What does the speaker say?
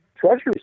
Treasury